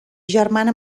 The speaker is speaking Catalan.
germana